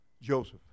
Joseph